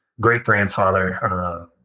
great-grandfather